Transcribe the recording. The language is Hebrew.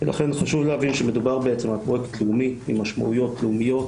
לכן חשוב להבין שמדובר על פרויקט לאומי עם משמעויות לאומיות,